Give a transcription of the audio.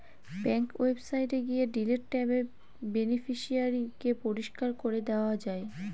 bank ওয়েবসাইটে গিয়ে delete ট্যাবে বেনিফিশিয়ারি কে পরিষ্কার করে দেওয়া যায়